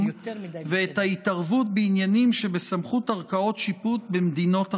ואת ההתערבות בעניינים שבסמכות ערכאות שיפוט במדינות אחרות.